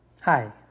Hi